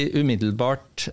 umiddelbart